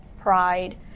pride